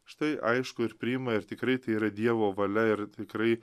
štai aišku ir priima ir tikrai tai yra dievo valia ir tikrai